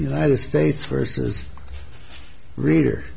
united states versus reader